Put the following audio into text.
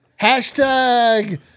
Hashtag